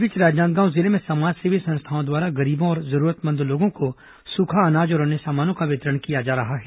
इस बीच राजनांदगांव जिले में समाजसेवी संस्थाओं द्वारा गरीबों और जरूरतमंदों लोगों को सूखा अनाज और अन्य सामानों का वितरण किया जा रहा है